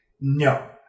No